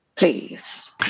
Please